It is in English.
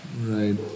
Right